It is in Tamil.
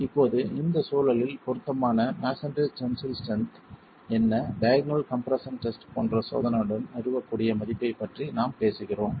இப்போது இந்த சூழலில் பொருத்தமான மஸோன்றி டென்சில் ஸ்ட்ரென்த் என்ன டயாக்னல் கம்ப்ரெஸ்ஸன் டெஸ்ட் போன்ற சோதனையுடன் நிறுவக்கூடிய மதிப்பைப் பற்றி நாம் பேசுகிறோம்